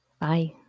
Bye